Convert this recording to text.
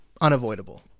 unavoidable